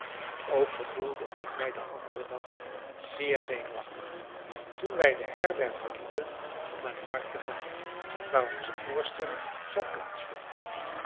ook gevoelde ik mij den anderen dag zeer zenuwachtig toen wij de herberg verlieten om naar de markt te gaan waar onze voorstelling zou